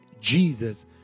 Jesus